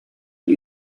die